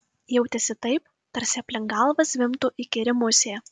jautėsi taip tarsi aplink galvą zvimbtų įkyri musė